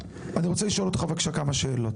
רוצה לשאול אותך בבקשה כמה שאלות.